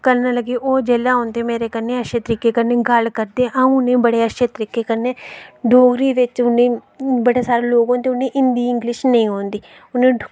करन लगे ओह् जिसलै औंदे मेरै कन्नै अच्छे तरीके कन्नै गल्ल करदे अऊं उनेंगी बड़े अच्छे तरीके कन्नै डोगरी बिच्च बड़े सारे लोग होंदे उनेंगी इंगलिश हिन्दी